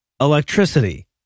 electricity